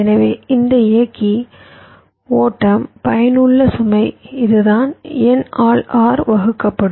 எனவே இந்த இயக்கி ஓட்டும் பயனுள்ள சுமை இதுதான் N ஆல் R வகுக்கப்படும்